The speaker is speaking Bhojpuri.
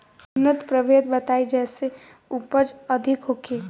उन्नत प्रभेद बताई जेसे उपज अधिक होखे?